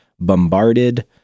Bombarded